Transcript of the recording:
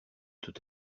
tout